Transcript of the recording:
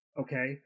okay